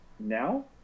Now